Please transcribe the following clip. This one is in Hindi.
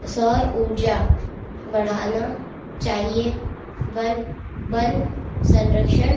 सौर ऊर्जा बढ़ाना चाहिए वन वन संरक्षण